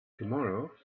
tomorrow